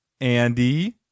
Andy